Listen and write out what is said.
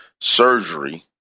surgery